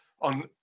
on